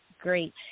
great